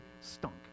stunk